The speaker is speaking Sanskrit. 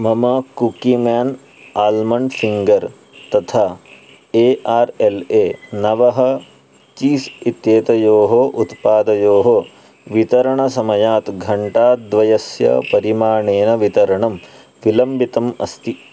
मम कुक्की म्यान् आल्मण्ड् फ़िङ्गर् तथा ए आर् एल् ए नव चीस् इत्येतयोः उत्पादयोः वितरणसमयात् घण्टाद्वयस्य परिमाणेन वितरणं विलम्बितम् अस्ति